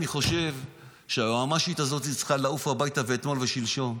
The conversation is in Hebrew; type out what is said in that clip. אני חושב שהיועמ"שית הזאת צריכה לעוף הביתה אתמול ושלשום.